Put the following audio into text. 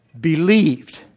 believed